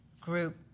group